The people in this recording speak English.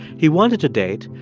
he wanted to date,